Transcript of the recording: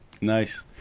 Nice